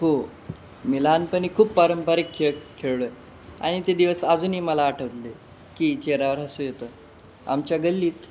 हो मी लहानपणी खूप पारंपरिक खेळ खेळलो आहे आणि ते दिवस अजूनही मला आठवतले की चेहरावर हसू येतं आमच्या गल्लीत